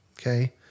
okay